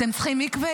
אתם צריכים מקווה?